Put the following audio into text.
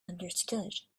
understood